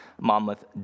Monmouth